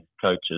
coaches